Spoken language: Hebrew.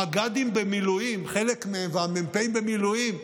המג"דים במילואים, חלק מהם, והמ"פים במילואים,